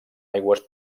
aigües